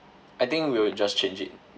I think we will just change it